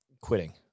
quitting